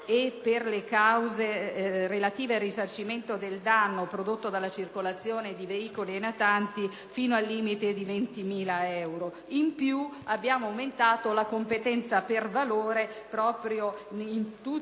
e per le cause relative al risarcimento del danno prodotto dalla circolazione di veicoli e natanti fino al limite di 20.000 euro. Inoltre, e stata aumentata la competenza per valore in tutte le